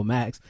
Max